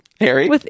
Harry